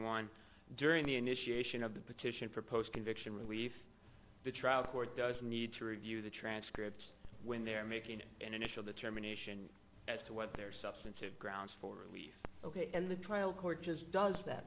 one during the initiation of the petition for post conviction relief the trial court doesn't need to review the transcripts when they're making an initial determination as to what their substantive grounds for leave ok and the trial court has does that